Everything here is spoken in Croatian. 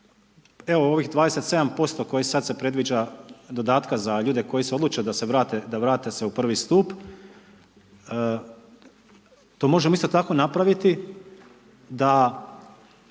evo ovih 27% koji sad se predviđa dodatka za ljude koji se odluče da vrate se u I stup, to možemo isto tako napraviti da